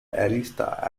arista